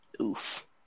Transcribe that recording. Oof